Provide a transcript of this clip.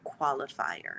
qualifier